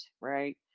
right